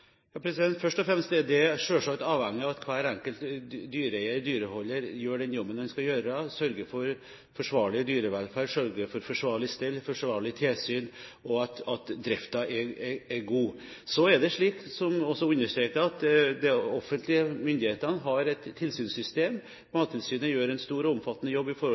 først og fremst avhengig av at hver enkelt dyreeier og dyreholder gjør den jobben de skal gjøre – sørger for forsvarlig dyrevelferd, forsvarlig stell, forsvarlig tilsyn, og at driften er god. Så er det slik, som det også er understreket, at de offentlige myndighetene har et tilsynssystem. Mattilsynet gjør en stor og omfattende jobb